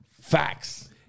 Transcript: Facts